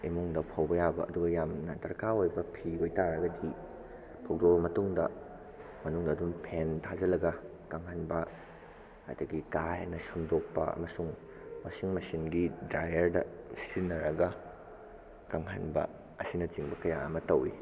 ꯏꯃꯨꯡꯗ ꯐꯧꯕ ꯌꯥꯕ ꯑꯗꯨꯒ ꯌꯥꯝꯅ ꯗꯔꯀꯥꯔ ꯑꯣꯏꯕ ꯐꯤ ꯑꯣꯏꯕ ꯇꯔꯒꯗꯤ ꯐꯧꯗꯣꯛꯑꯕ ꯃꯇꯨꯡꯗ ꯃꯅꯨꯡꯗ ꯑꯗꯨꯝ ꯐꯦꯟ ꯊꯥꯖꯤꯜꯂꯒ ꯀꯪꯍꯟꯕ ꯑꯗꯒꯤ ꯀꯥ ꯍꯦꯟꯅ ꯁꯨꯝꯗꯣꯛꯄ ꯑꯃꯁꯨꯡ ꯋꯥꯁꯤꯡ ꯃꯁꯤꯟꯒꯤ ꯗ꯭ꯔꯥꯏꯌꯔꯗ ꯁꯤꯖꯤꯟꯅꯔꯒ ꯀꯪꯍꯟꯕ ꯑꯁꯤꯅ ꯆꯤꯡꯕ ꯀꯌꯥ ꯑꯃ ꯇꯧꯋꯤ